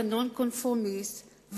אתה נון-קונפורמיסט,